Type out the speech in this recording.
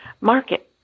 market